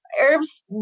Herbs